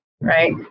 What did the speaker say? right